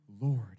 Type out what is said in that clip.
Lord